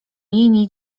linii